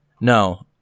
No